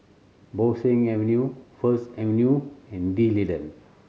Bo Seng Avenue First Avenue and D'Leedon